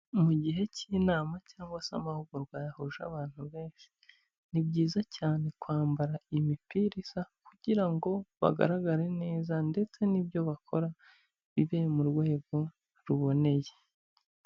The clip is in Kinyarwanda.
Mu gihe cy'inama cyangwa se amahugurwa yahuje abantu benshi, ni byiza cyane kwambara imipira isa, kugira ngo bagaragare neza ndetse n'ibyo bakora bibe mu rwego ruboneye.